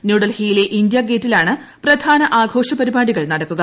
ന്യൂഡൽഹിയിലെ ഇന്ത്യാ ഗേറ്റിലാണ് പ്രധാന ആഘോഷ പരിപാടികൾ നടക്കുക